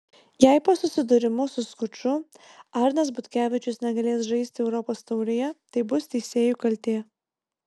jei po susidūrimo su skuču arnas butkevičius negalės žaisti europos taurėje tai bus teisėjų kaltė